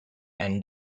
and